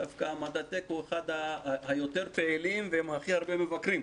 דווקא המדעטק הוא מהיותר פעילים ועם הכי הרבה מבקרים.